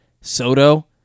Soto